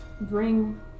bring